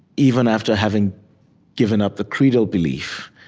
even after having given up the credal belief,